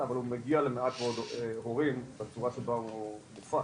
אבל הוא מגיע למעט מאוד הורים בצורה שבה הוא מופץ,